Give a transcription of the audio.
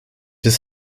his